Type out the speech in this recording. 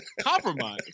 compromise